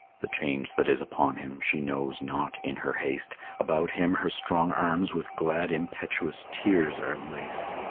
the change that is upon him she knows not in her haste about him her strong arms with glad impetuous tears are laced.